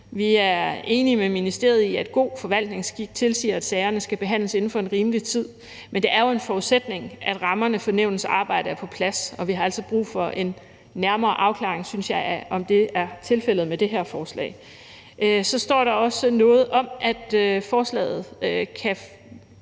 Vi er enige med ministeriet i, at god forvaltningsskik tilsiger, at sagerne skal behandles inden for en rimelig tid, men det er jo en forudsætning, at rammerne for nævnets arbejde er på plads, og vi har altså brug for en nærmere afklaring, synes jeg, af, om det er tilfældet med det her forslag. Så står der også noget i høringssvarene